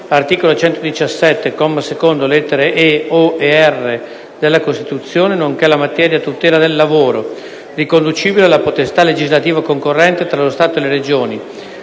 secondo, lettere e), o) e r) della Costituzione), nonche´ la materia tutela del lavoro, riconducibili alla potesta` legislativa concorrente tra lo Stato e le Regioni